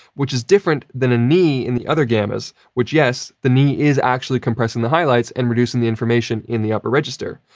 which is different than a knee in the other gammas, which yes, the knee is actually compressing the highlights and reducing the information in the upper register.